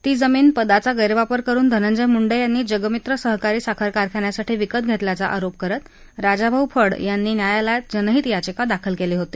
ती जमीन पदाचा गैरवापर करुन धनंजय मुंडे यांनी जगमित्र सहकारी साखर कारखान्यासाठी विकत घेतल्याचा आरोप करत राजाभाऊ फड यांनी न्यायालयात जनहित याचिका दाखल केली होती